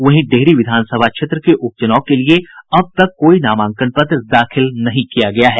वहीं डेहरी विधानसभा क्षेत्र के उपचूनाव के लिए अब तक कोई नामांकन पत्र दाखिल नहीं किया गया है